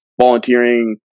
volunteering